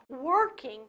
working